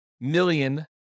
million